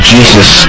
Jesus